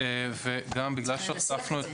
צריך לנסח את זה.